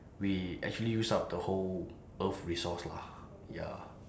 we actually use up the whole earth resource lah ya